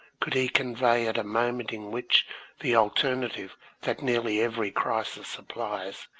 could he convey at a moment in which the alternative that nearly every crisis supplies,